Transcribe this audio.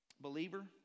Believer